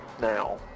now